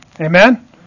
Amen